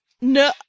No